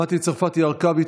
מטי צרפתי הרכבי,